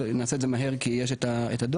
נעשה האת זה מהר כי יש את הדו"ח,